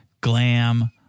glam